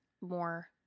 more